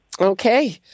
Okay